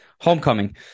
Homecoming